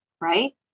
right